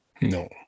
No